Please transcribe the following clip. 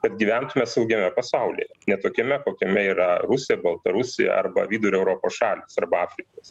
kad gyventume saugiame pasaulyje ne tokiame kokiame yra rusija baltarusija arba vidurio europos šalys arba afrikos